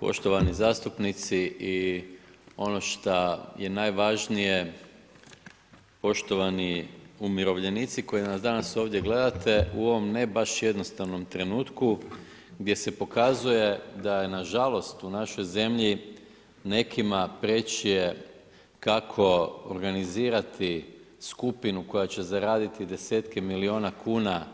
Poštovani zastupnici i ono šta je najvažnije poštovani umirovljenici koji nas danas ovdje gledate u ovom ne baš jednostavnom trenutku gdje se pokazuje da je nažalost u našoj zemlji nekima preče kako organizirati skupinu koja će zaraditi desetke milijuna kuna